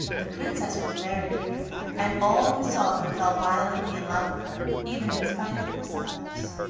the princess was very beautiful, and all who saw her fell violently in love with her, even in spite of themselves.